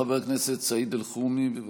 חבר הכנסת סעיד אלחרומי, בבקשה.